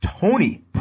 Tony